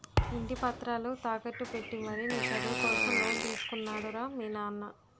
ఇంటి పత్రాలు తాకట్టు పెట్టి మరీ నీ చదువు కోసం లోన్ తీసుకున్నాడు రా మీ నాన్న